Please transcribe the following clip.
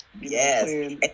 Yes